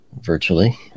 Virtually